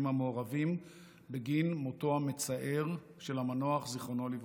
המעורבים בגין מותו המצער של המנוח זיכרונו לברכה,